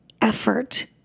effort